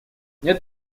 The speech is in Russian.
нет